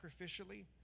sacrificially